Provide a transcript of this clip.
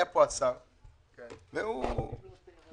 היה פה השר והוא חשב